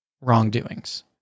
wrongdoings